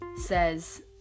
says